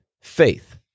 faith